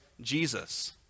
Jesus